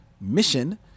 mission